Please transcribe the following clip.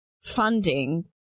funding